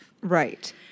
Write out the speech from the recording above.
Right